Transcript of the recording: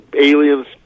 aliens